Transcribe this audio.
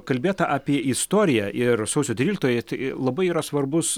kalbėta apie istoriją ir sausio tryliktoji tai labai yra svarbus